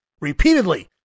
repeatedly